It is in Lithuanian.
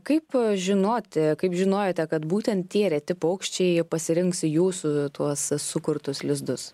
kaip žinoti kaip žinojote kad būtent tie reti paukščiai pasirinks jūsų tuos sukurtus lizdus